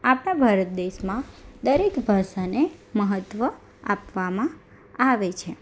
આપણા ભારત દેશમાં દરેક ભાષાને મહત્ત્વ આપવામાં આવે છે